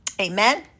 Amen